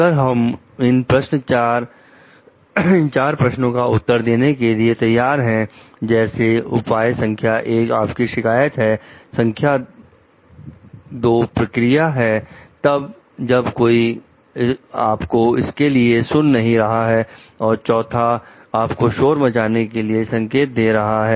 अगर इन 4 प्रश्नों का उत्तर देने के लिए तैयार हैं जैसे उपाय संख्या 1 आपकी शिकायत है संख्या दो प्रक्रिया है तब जब कोई आपको इसके लिए सुन नहीं रहा है और चौथा आपको शोर मचाने के लिए संकेत दे रहा है